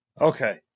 Okay